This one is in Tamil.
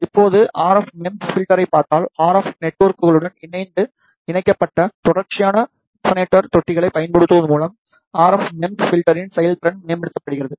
இப்போது ஆர்எஃப் மெம்ஸ் RF MEMS பில்டரைப் பார்த்தால் ஆர்எஃப் நெட்வொர்க்குடன் இணைந்து இணைக்கப்பட்ட தொடர்ச்சியான ரெசனேட்டர் தொட்டிகளைப் பயன்படுத்துவதன் மூலம் ஆர்எஃப் மெம்ஸ் RF MEMS பில்டரின் செயல்திறன் மேம்படுத்தப்படுகிறது